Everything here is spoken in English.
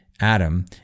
Adam